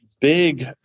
big